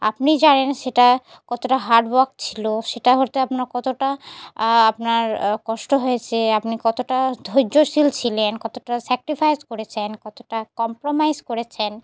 আপনি জানেন সেটা কতটা হার্ড ওয়ার্ক ছিল সেটা হতে আপনার কতটা আপনার কষ্ট হয়েছে আপনি কতটা ধৈর্যশীল ছিলেন কতটা স্যাক্রিফাইস করেছেন কতটা কম্প্রোমাইজ করেছেন